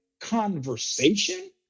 conversation